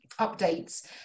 updates